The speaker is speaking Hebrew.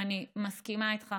אני מסכימה איתך,